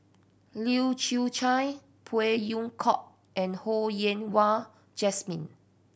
Leu Chew Chye Phey Yew Kok and Ho Yen Wah Jesmine